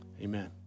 Amen